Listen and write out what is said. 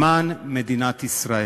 למען מדינת ישראל.